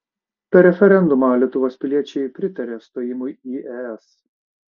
per referendumą lietuvos piliečiai pritarė stojimui į es